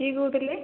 କିଏ କହୁଥିଲେ